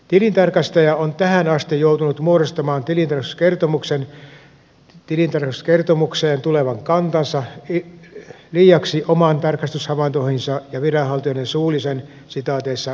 tilintarkastaja on tähän asti joutunut muodostamaan tilintarkastuskertomukseen tulevan kantansa liiaksi omiin tarkastushavaintoihinsa ja viranhaltijoiden suullisiin sitaateissa vakuutteluihin perustuen